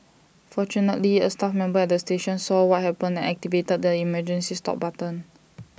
fortunately A staff member at the station saw what happened and activated the emergency stop button